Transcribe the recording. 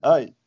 Hi